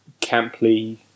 camply